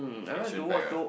action packed ah